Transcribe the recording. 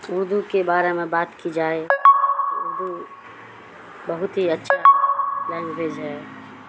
اردو کے بارے میں بات کی جائے اردو بہت ہی اچھا لینگویج ہے